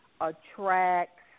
attracts